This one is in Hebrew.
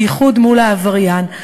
בייחוד מול העבריין,